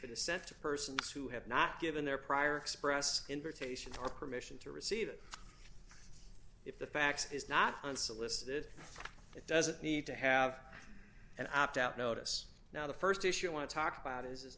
the sent to persons who have not given their prior expressed invitation or permission to receive it if the fax is not unsolicited it doesn't need to have an opt out notice now the st issue i want to talk about is